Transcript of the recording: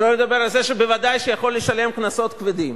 שלא לדבר על זה שוודאי שהוא יכול לשלם קנסות כבדים.